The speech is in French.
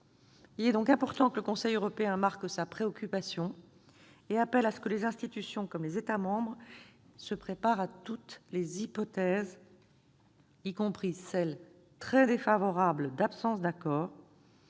Il est donc important que le Conseil européen marque sa préoccupation et appelle à ce que les institutions comme les États membres se préparent à toutes les hypothèses, y compris celle, très défavorable, d'absence d'accord,